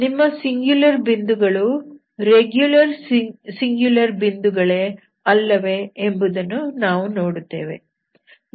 ನಿಮ್ಮ ಸಿಂಗ್ಯುಲರ್ ಬಿಂದುಗಳು regular singular ಬಿಂದು ಗಳೇ ಅಲ್ಲವೇ ಎಂಬುದನ್ನು ನಾವು ನೋಡುತ್ತೇವೆ